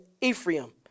Ephraim